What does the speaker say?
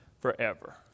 forever